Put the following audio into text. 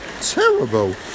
terrible